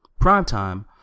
Primetime